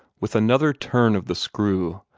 with another turn of the screw,